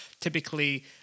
typically